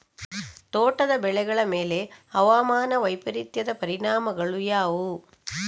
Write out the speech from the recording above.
ತೋಟದ ಬೆಳೆಗಳ ಮೇಲೆ ಹವಾಮಾನ ವೈಪರೀತ್ಯದ ಪರಿಣಾಮಗಳು ಯಾವುವು?